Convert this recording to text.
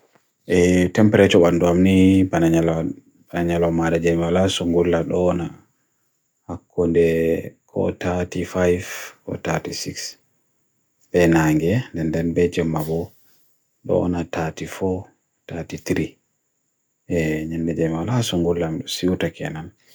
Tempere cho wan do amni pan anyalo maada jamala sumgulat doona akunde ko 35, ko 36 ben hangi, den den beti om mabu, doona 34, 33, nye nye jamala sumgulat sumgulat doona si uta kenan.